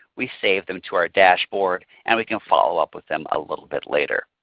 we save them to our dashboard and we can follow up with them a little bit later.